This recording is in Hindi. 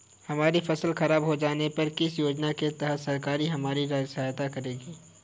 हमारी फसल खराब हो जाने पर किस योजना के तहत सरकार हमारी सहायता करेगी?